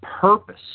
purpose